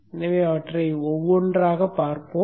எனவே அவற்றை ஒவ்வொன்றாகப் பார்ப்போம்